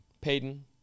Peyton